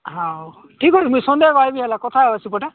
ହଉ ଠିକ୍ ମୁଁ ସନ୍ଧ୍ୟାରେ ଆସିବି ହେଲେ କଥା ହେବା ସେପଟେ